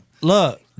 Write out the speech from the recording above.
Look